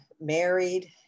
married